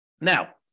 Now